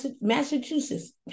Massachusetts